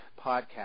podcast